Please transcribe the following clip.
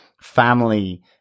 family